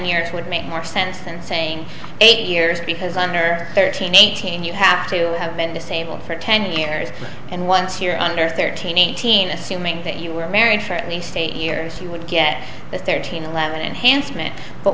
years would make more sense than saying eight years because under thirteen eighteen you have to have been disabled for ten years and once you're under thirteen eighteen assuming that you were married for at least eight years you get this thirteen eleven enhancement but